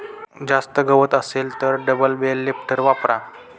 जास्त गवत असेल तर डबल बेल लिफ्टर वापरा